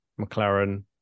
McLaren